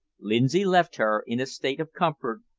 lindsay left her in a state of comfort,